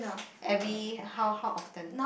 every how how often